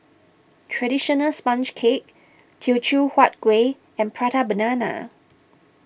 Traditional Sponge Cake Teochew Huat Kuih and Prata Banana